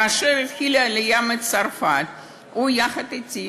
כאשר התחילה העלייה מצרפת הוא, יחד אתי